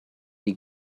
die